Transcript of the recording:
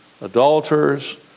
adulterers